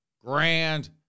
grand